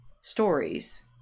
stories